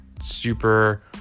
super